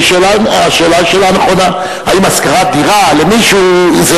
השאלה היא שאלה נכונה: האם השכרת דירה למישהו זה